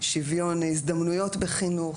שוויון הזדמנויות בחינוך,